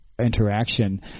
interaction